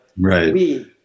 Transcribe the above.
Right